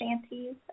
shanties